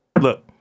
look